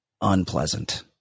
unpleasant